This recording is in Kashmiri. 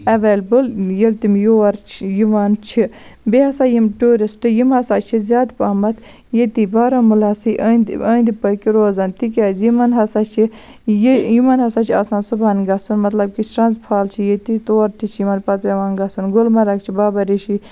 ایٚولیبٕل ییٚلہِ تِم یور چھِ یِوان چھِ بیٚیہِ ہَسا یِم ٹیٚورِسٹ یِم ہَسا چھِ زیاد پَہمَتھ ییٚتی بارامُلہَسٕے أنٛدۍ أنٛدۍ پٔکۍ روزان تکیاز یِمَن ہَسا چھِ یِمَن ہَسا چھِ آسان صُبحَن گَژھُن مَطلَب کہِ شرنٛز فال چھُ ییٚتتھٕے تور تہِ چھُ یِمَن پَتہٕ پیٚوان گَژھُن گُلمرک چھُ بابا ریشی